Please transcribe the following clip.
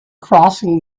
crossing